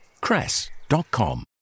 Cress.com